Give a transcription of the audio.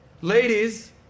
Ladies